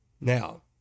Now